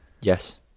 Yes